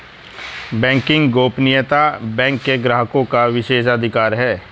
banking bank बैंक के ग्राहकों का विशेषाधिकार है